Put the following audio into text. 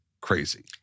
crazy